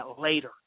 later